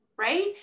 right